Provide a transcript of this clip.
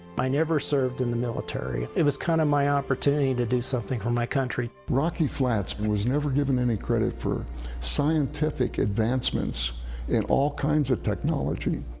i never served in the military. it was kind of my opportunity to do something for my country. freiberg rocky flats was never given any credit for scientific advancements in all kinds of technology.